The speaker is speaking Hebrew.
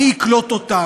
מי יקלוט אותם,